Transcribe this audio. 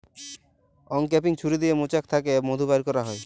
uncapping ছুরি দিয়ে মোচাক থ্যাকে মধু ব্যার ক্যারা হয়